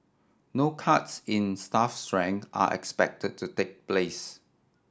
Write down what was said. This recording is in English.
no cuts in staff strength are expected to take place